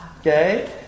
Okay